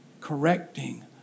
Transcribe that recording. correcting